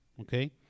okay